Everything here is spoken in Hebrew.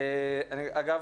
אגב,